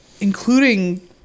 Including